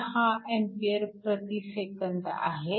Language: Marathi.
6A sec आहे